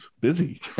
busy